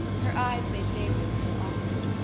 her eyes made gabriel feel awkward.